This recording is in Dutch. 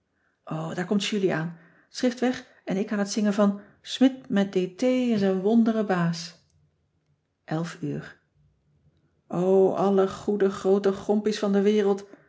daar komt julie aan t schrift weg en ik aan t zingen van smidt met dt is een wondere baas elf uur o alle goede groote gompies van de wereld